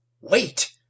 Wait